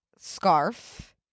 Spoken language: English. scarf